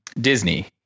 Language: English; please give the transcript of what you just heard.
Disney